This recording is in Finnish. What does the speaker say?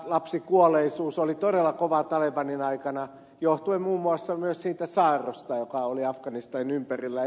lapsikuolleisuus oli todella kova talebanin aikana johtuen muun muassa myös siitä saarrosta joka oli afganistanin ympärillä